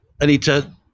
Anita